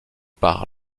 par